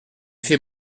fait